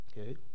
okay